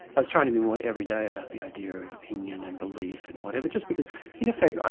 was trying to be more everyday about the idea of opinion and belief and whatever, just because in effect,